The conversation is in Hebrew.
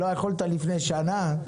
לא יכולת לפני שנה?